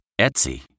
Etsy